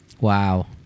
Wow